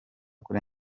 kuri